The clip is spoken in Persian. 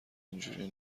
اینجوری